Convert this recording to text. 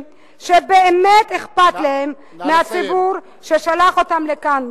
שבאמת אכפת להם מהציבור ששלח אותם לכאן.